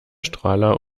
strahler